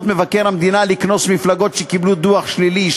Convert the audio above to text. מבקר המדינה לקנוס מפלגות שקיבלו דוח שלילי.